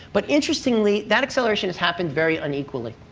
but interestingly, that acceleration has happened very unequally.